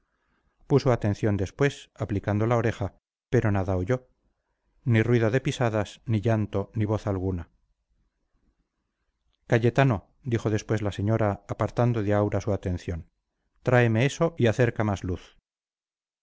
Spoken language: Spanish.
puso atención después aplicando la oreja pero nada oyó ni ruido de pisadas ni llanto ni voz alguna cayetano dijo después la señora apartando de aura su atención tráeme eso y acerca más la luz